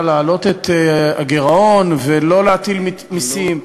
להעלות את הגירעון ולא להטיל מסים,